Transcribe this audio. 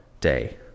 day